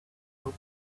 help